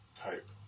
type